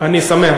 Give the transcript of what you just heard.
אני שמח.